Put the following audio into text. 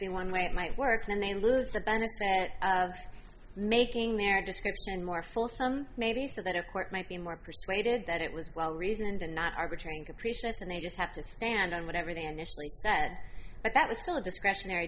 be one way it might work then they lose the benefit of making their description more fulsome maybe so that a court might be more persuaded that it was well reasoned and not arbitrary and capricious and they just have to stand on whatever they initially said but that was still a discretionary